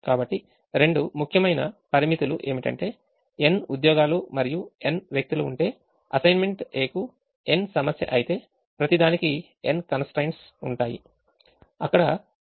కాబట్టి రెండు ముఖ్యమైన పరిమితులు ఏమిటంటే n ఉద్యోగాలు మరియు n వ్యక్తులు ఉంటే అసైన్మెంట్ a కు n సమస్య అయితే ప్రతిదానికి n constraints n constraints ఉంటాయి